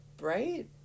Right